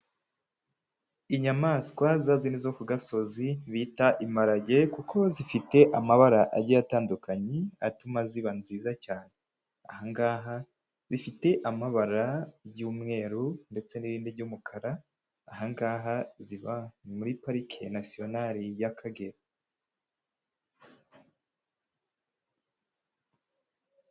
Inyamaswa zazindi zo ku gasozi bita iparage; kuko zifite amabara agiye atandukanye atuma ziba nziza cyane. Aha ngaha zifite amabara y'umweru ndetse n'irindi ry'umukara. Aha ngaha ziba ni muri parike nasiyonare y'Akagera.